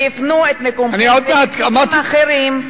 ותפנו את מקומכם לנציגים אחרים,